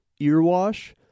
Earwash